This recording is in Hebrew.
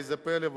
איזה פלא,